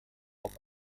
auf